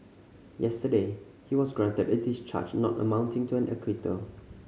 yesterday he was granted a discharge not amounting to an acquittal